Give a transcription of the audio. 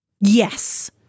Yes